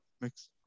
mix